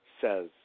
says